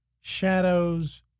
shadows